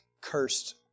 cursed